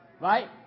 Right